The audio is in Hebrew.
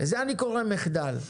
לזה אני קורא מחדל.